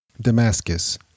Damascus